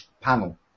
panel